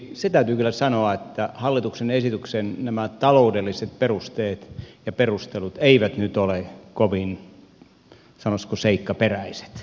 ensinnäkin se täytyy kyllä sanoa että hallituksen esityksen taloudelliset perusteet ja perustelut eivät nyt ole kovin sanoisiko seikkaperäiset